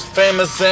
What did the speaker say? famous